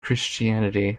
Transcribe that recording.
christianity